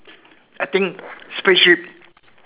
I think spaceship